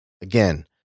Again